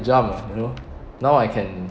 jump ah you know now I can